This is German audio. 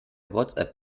whatsapp